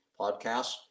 podcasts